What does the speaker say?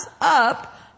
up